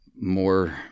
more